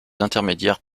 intermédiaires